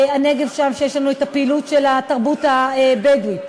שם יש לנו פעילות של התרבות הבדואית.